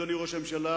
אדוני ראש הממשלה,